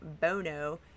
Bono